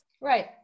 Right